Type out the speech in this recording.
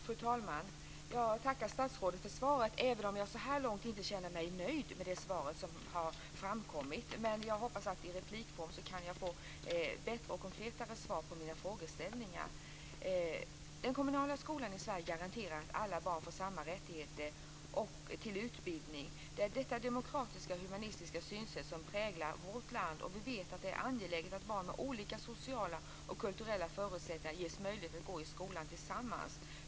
Fru talman! Jag tackar statsrådet för svaret, även om jag så här långt inte känner mig nöjd med det svar som jag har fått. Jag hoppas att jag i replikform kan få bättre och konkretare svar på mina frågeställningar. Den kommunala skolan i Sverige garanterar att alla barn har samma rättigheter till utbildning. Det är detta demokratisk-humanistiska synsätt som präglar vårt land. Det är angeläget att barn med olika sociala och kulturella förutsättningar ges möjligheter att gå i skolan tillsammans.